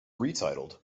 retitled